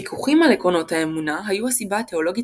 ויכוחים על עקרונות האמונה היו הסיבה התאולוגית